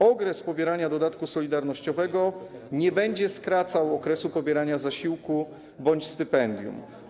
Okres pobierania dodatku solidarnościowego nie będzie skracał okresu pobierania zasiłku bądź stypendium.